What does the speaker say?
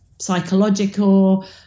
psychological